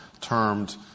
termed